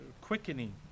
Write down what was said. quickening